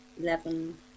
eleven